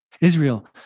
Israel